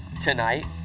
tonight